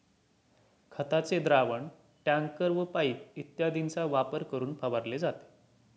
खताचे द्रावण टँकर व पाइप इत्यादींचा वापर करून फवारले जाते